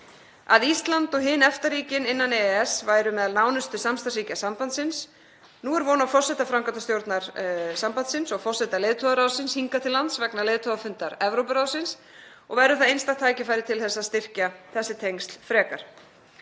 að Ísland og hin EFTA-ríkin innan EES væru meðal nánustu samstarfsríkja sambandsins. Nú er von á forseta framkvæmdastjórnar sambandsins og forseta leiðtogaráðsins hingað til lands vegna leiðtogafundar Evrópuráðsins og verður það einstakt tækifæri til að styrkja þessi tengsl frekar.